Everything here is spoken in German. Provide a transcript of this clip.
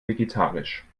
vegetarisch